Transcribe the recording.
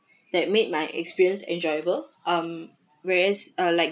that made my experience enjoyable um whereas uh like